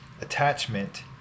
attachment